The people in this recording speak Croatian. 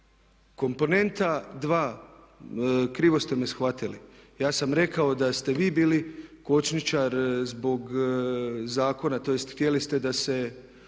Komponenta 2, krivo ste me shvatili, ja sam rekao da ste vi bili kočničar zbog zakona, tj. htjeli ste da se